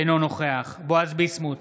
אינו נוכח בועז ביסמוט,